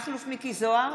מכלוף מיקי זוהר,